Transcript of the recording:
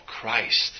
Christ